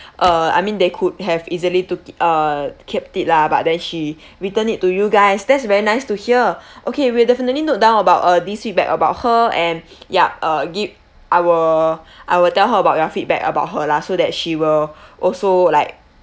uh I mean they could have easily took it uh kept it lah but then she returned it to you guys that's very nice to hear okay we'll definitely note down about uh this feedback about her and yup uh give I will I will tell her about your feedback about her lah so that she will also like